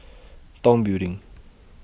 Tong Building